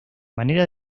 manera